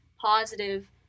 positive